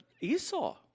Esau